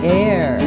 air